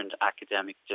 academic